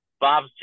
Bob